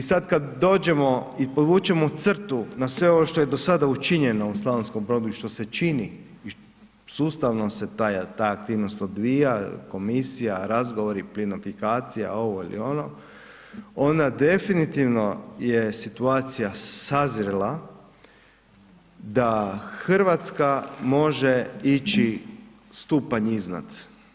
I sad kad dođemo i povučemo crtu na sve ovo što je do sada učinjeno u Slavonskom Brodu i što se čini i sustavno se ta aktivnost odvija, komisija, razgovori, plinofikacija, ovo ili ono, onda definitivno je situacija sazrela da Hrvatska može ići stupanj iznad.